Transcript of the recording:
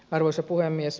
arvoisa puhemies